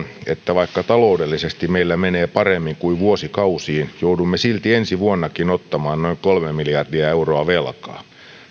että vaikka taloudellisesti meillä menee paremmin kuin vuosikausiin joudumme silti ensi vuonnakin ottamaan noin kolme miljardia euroa velkaa